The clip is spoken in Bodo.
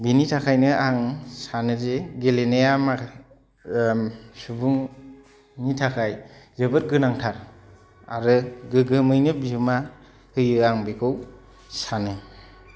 बेनि थाखायनो आं सानो जे गेलेनाया माखासे सुबुंनि थाखाय जोबोद गोनांथार आरो गोगोमैनो बिहोमा होयो आं बेखौ सानो